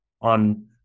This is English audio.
on